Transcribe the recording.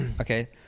Okay